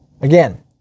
Again